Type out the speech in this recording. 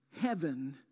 heaven